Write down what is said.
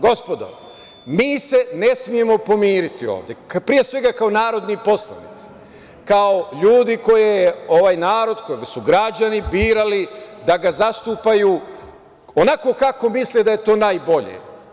Gospodo, mi se ne smemo pomiriti ovde, pre svega kao narodni poslanici, kao ljudi koje je ovaj narod, koga su građani birali, da ga zastupaju, onako kako misle da je to najbolje.